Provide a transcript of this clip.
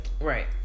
right